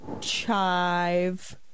chive